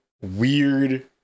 weird